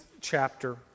chapter